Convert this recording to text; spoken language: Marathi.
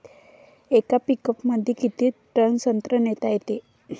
येका पिकअपमंदी किती टन संत्रा नेता येते?